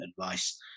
advice